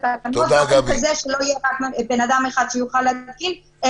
באופן כזה שלא יהיה אדם אחד שיוכל להתקין,